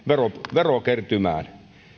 verokertymään